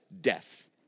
death